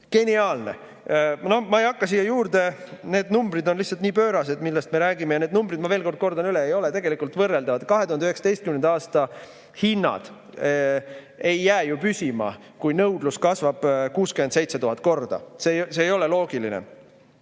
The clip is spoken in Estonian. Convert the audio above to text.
Geniaalne! No ma ei hakka siia juurde lisama. Need numbrid on lihtsalt nii pöörased, millest me räägime, ja need numbrid, ma kordan veel üle, ei ole tegelikult võrreldavad. 2019. aasta hinnad ei jää ju püsima, kui nõudlus kasvab 67 000 korda. See ei ole loogiline.